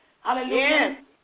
Hallelujah